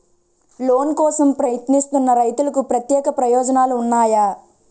Loan కోసం ప్రయత్నిస్తున్న రైతులకు ప్రత్యేక ప్రయోజనాలు ఉన్నాయా?